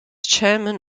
chairman